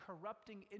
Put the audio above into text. corrupting